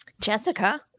Jessica